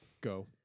Go